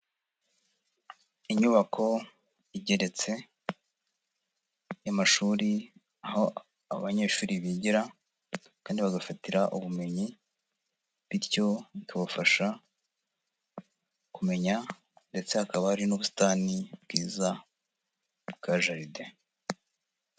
Inyubako igeretse y'amashuri, aho abanyeshuri bigira kandi bagafatira ubumenyi, bityo bikabafasha kumenya, ndetse hakaba hari n'ubusitani bwiza bwa jaride.